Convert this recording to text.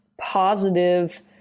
positive